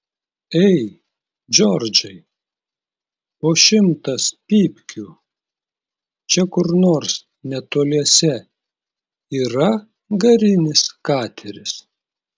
ei džordžai po šimtas pypkių čia kur nors netoliese yra garinis kateris